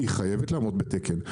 היא חייבת לעמוד בתקן,